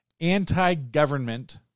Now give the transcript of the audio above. anti-government